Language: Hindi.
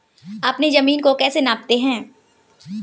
अपनी जमीन को कैसे नापते हैं?